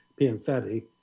Pianfetti